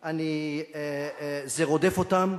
זה רודף אותם,